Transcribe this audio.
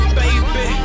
baby